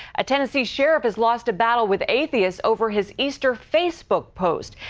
a tennessee sheriff has lost a battle with atheist over his easter facebook post.